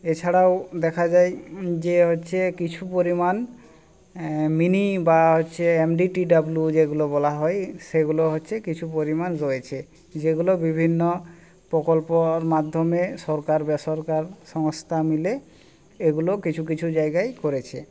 এছাড়াও দেখা যায় যে হচ্ছে কিছু পরিমাণ মিনি বা হচ্ছে এম ডি টি ডাবলু যেগুলো বলা হয় সেগুলো হচ্ছে কিছু পরিমাণ রয়েছে যেগুলো বিভিন্ন প্রকল্পর মাধ্যমে সরকারি বেসরকারি সংস্থা মিলে এগুলো কিছু কিছু জায়গায় করেছে